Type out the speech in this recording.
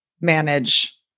manage